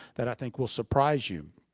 that i think will surprise you.